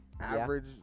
average